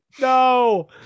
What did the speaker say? No